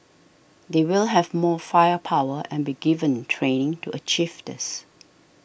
they will have more firepower and be given training to achieve this